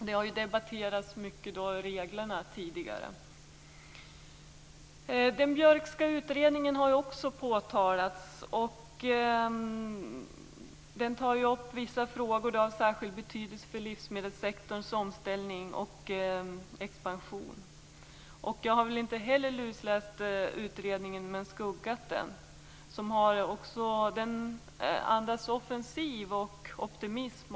Tidigare har ju reglerna diskuterats mycket. Björkska utredningen har man också pekat på. I den utredningen tas vissa frågor upp som har särskild betydelse för livsmedelssektorns omställning och expansion. Jag har väl inte lusläst utredningen. Däremot har jag skummat igenom den. Utredningen andas en offensiv hållning och optimism.